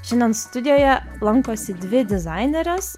šiandien studijoje lankosi dvi dizainerės